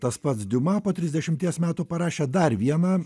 tas pats diuma po trisdešimties metų parašė dar vieną